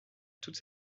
toute